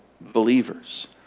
believers